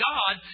God